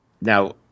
Now